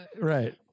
right